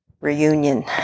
reunion